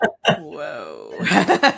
Whoa